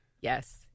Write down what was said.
Yes